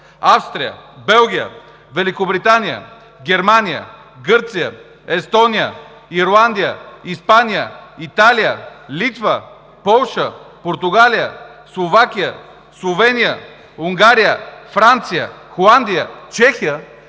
Австрия, Белгия, Великобритания, Германия, Гърция, Естония, Ирландия, Испания, Италия, Литва, Полша, Португалия, Словакия, Словения, Унгария, Франция, Холандия и Чехия